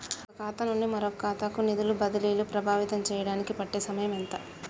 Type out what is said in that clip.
ఒక ఖాతా నుండి మరొక ఖాతా కు నిధులు బదిలీలు ప్రభావితం చేయటానికి పట్టే సమయం ఎంత?